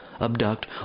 abduct